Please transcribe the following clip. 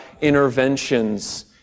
interventions